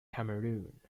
cameroon